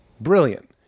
brilliant